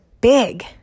big